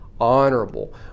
honorable